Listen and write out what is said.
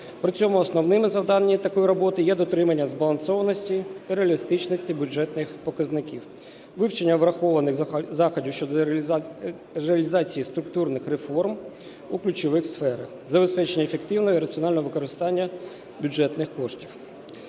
При цьому основними завданнями такої роботи є дотримання збалансованості і реалістичності бюджетних показників, вивчення врахованих заходів щодо реалізації структурних реформ у ключових сферах, забезпечення ефективного і раціонального використання бюджетних коштів.